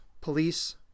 police